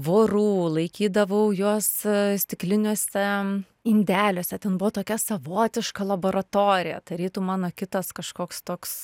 vorų laikydavau juos stikliniuose indeliuose tokia savotiška laboratorija tarytum mano kitas kažkoks toks